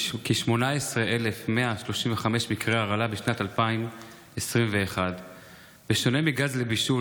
גילה 18,135 מקרי הרעלה בשנת 2021. בשונה מגז לבישול,